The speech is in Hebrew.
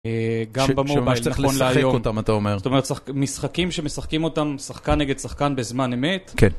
גם במובייל נכון להיום. משחקים שמשחקים אותם שחקן נגד שחקן בזמן אמת? כן.